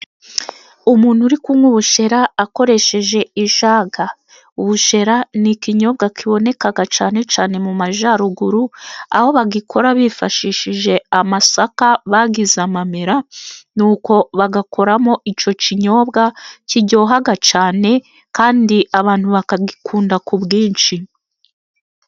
Umuntu uri kunywa ubushera akoresheje ijaga ubushera ni ikinyobwa kiboneka cyane cyane mu majyaruguru aho bagikora bifashishije amasaka, bagize amamera nuko bagakoramo icyo kinyobwa kiryoha cyane kandi abantu bakagikunda ku bwinshi.